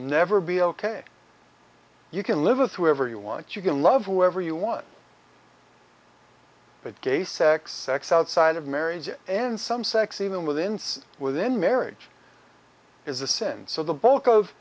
never be ok you can live with whoever you want you can love whatever you want but gay sex sex outside of marriage and some sex even within within marriage is a sin so the b